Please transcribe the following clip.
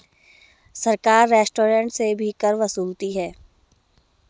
सरकार रेस्टोरेंट से भी कर वसूलती है